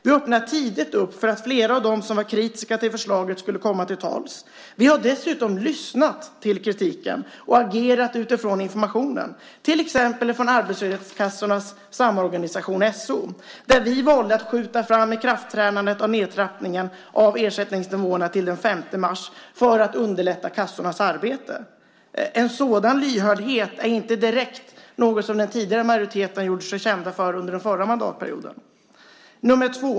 Vi öppnade tidigt för att flera av dem som var kritiska till förslaget skulle komma till tals. Vi har dessutom lyssnat till kritiken och agerat utifrån informationen. Det gäller till exempel information från Arbetslöshetskassornas Samorganisation, SO. Där valde vi att skjuta fram ikraftträdandet av nedtrappningen av ersättningsnivåerna till den 5 mars för att underlätta kassornas arbete. En sådan lyhördhet är inte direkt något som den tidigare majoriteten gjorde sig känd för under den förra mandatperioden. 2.